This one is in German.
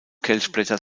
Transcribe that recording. kelchblätter